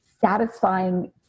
satisfying